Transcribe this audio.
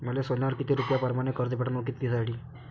मले सोन्यावर किती रुपया परमाने कर्ज भेटन व किती दिसासाठी?